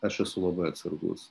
aš esu labai atsargus